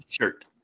shirt